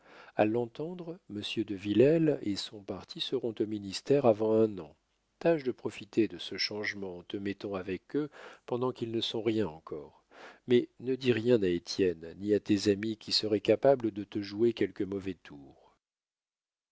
a l'entendre monsieur de villèle et son parti seront au ministère avant un an tâche de profiter de ce changement en te mettant avec eux pendant qu'ils ne sont rien encore mais ne dis rien à étienne ni à tes amis qui seraient capables de te jouer quelque mauvais tour